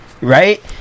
right